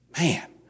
man